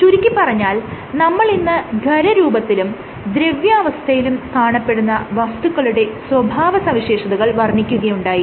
ചുരുക്കിപ്പറഞ്ഞാൽ നമ്മൾ ഇന്ന് ഖരരൂപത്തിലും ദ്രവ്യാവസ്ഥയിലും കാണപ്പെടുന്ന വസ്തുക്കളുടെ സ്വഭാവസവിശേഷതകൾ വർണ്ണിക്കുകയുണ്ടായി